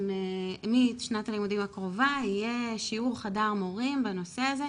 שמשנת הלימודים הקרובה יהיה שיעור חדר מורים בנושא הזה,